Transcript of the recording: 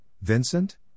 Vincent